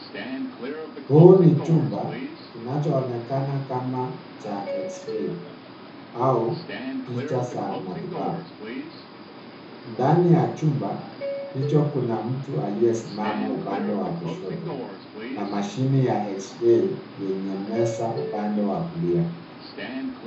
Huu ni chumba kinachoonekana kama cha X-ray au picha za matibabu. Ndani ya chumba hicho, kuna mtu aliyesimama upande wa kushoto na mashine ya X-ray yenye meza upande wa kulia.